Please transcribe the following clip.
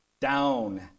down